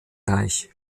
reich